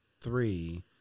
three